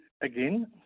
again